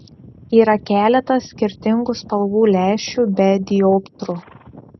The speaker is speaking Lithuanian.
yra keletas skirtingų spalvų lęšių be dioptrų